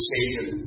Satan